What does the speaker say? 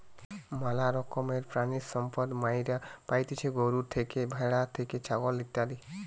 ম্যালা রকমের প্রাণিসম্পদ মাইরা পাইতেছি গরু থেকে, ভ্যাড়া থেকে, ছাগল ইত্যাদি